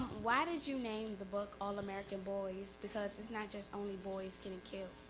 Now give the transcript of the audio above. why did you name the book all american boys? because it's not just only boys getting killed.